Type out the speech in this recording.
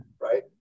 right